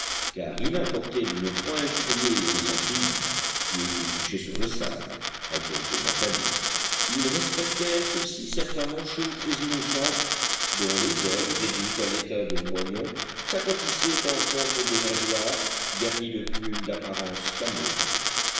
car il importait de ne point effrayer les amphibies qui étaient couchés sur le sable à quelques encablures ils respectèrent aussi certains manchots très innocents dont les ailes réduites à l'état de moignons s'aplatissaient en forme de nageoires garnies de plumes d'apparence